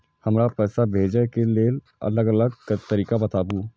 हमरा पैसा भेजै के लेल अलग अलग तरीका बताबु?